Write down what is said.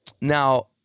now